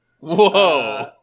Whoa